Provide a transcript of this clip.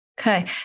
okay